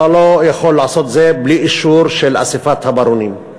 אתה לא יכול לעשות זה בלי אישור של אספת הברונים.